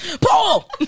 Paul